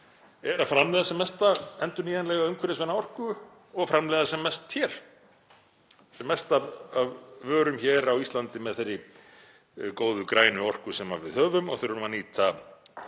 að framleiða sem mesta endurnýjanlega umhverfisvæna orku og framleiða sem mest af vörum hér á Íslandi með þeirri góðu grænu orku sem við höfum og þurfum að nýta